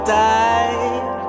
died